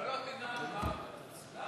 לא, לא, תנעל, אבל,